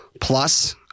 plus